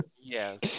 Yes